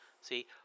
See